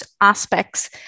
aspects